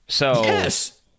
Yes